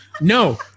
No